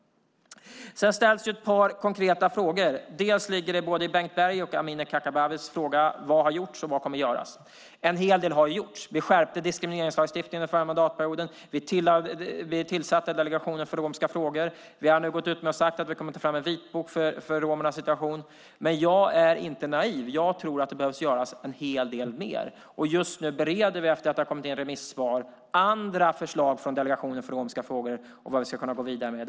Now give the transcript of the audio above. Det har ställts ett par konkreta frågor. Både Bengt Bergs och Amineh Kakabavehs frågor gäller vad som har gjorts och vad som kommer att göras. En hel del har ju gjorts. Vi skärpte diskrimineringslagstiftningen under förra mandatperioden. Vi tillsatte Delegationen för romska frågor. Vi har nu gått ut med att vi kommer att ta fram en vitbok om romernas situation. Men jag är inte naiv, utan jag tror att det kommer att behöva göras en hel del mer. Just nu bereder vi, efter att ha fått in remissvar, andra förslag från Delegationen för romska frågor om vad vi ska kunna gå vidare med.